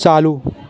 चालू